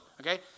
okay